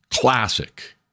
classic